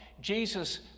Jesus